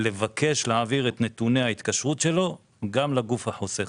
לבקש להעביר את נתוני ההתקשרות שלו גם לגוף החוסך.